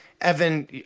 Evan